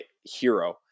hero